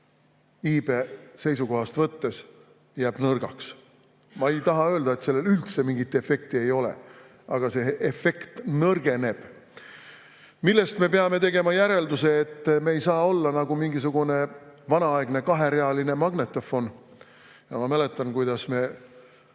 iibe seisukohast võttes jääb nõrgaks. Ma ei taha öelda, et sellel üldse mingit efekti ei ole, aga see efekt nõrgeneb. Sellest me peame tegema järelduse, et me ei saa olla nagu mingisugune vanaaegne kaherealine magnetofon. Ma mäletan, kuidas me